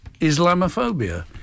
Islamophobia